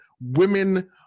women